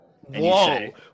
Whoa